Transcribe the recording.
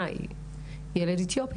ובעיניי, זה רק כי הוא ילד אתיופי.